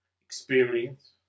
experience